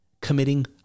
committing